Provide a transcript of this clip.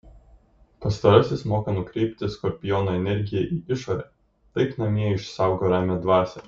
pastarasis moka nukreipti skorpiono energiją į išorę taip namie išsaugo ramią dvasią